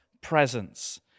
presence